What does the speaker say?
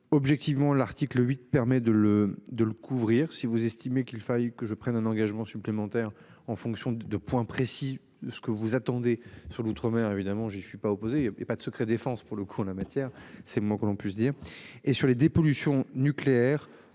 objectivement l'article 8 permet de le, de le couvrir. Si vous estimez qu'il fallait que je prenne un engagement supplémentaire en fonction de 2 points précis ce que vous attendez sur l'outre-mer évidemment j'y suis pas opposé. Il y a pas de secret défense pour le coup en la matière, c'est moins que l'on puisse dire et sur les dépollution nucléaire.